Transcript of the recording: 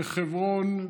בחברון,